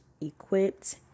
equipped